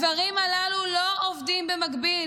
הדברים הללו לא עובדים במקביל,